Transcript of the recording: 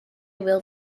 will